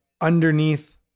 underneath